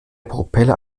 propeller